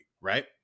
right